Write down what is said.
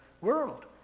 world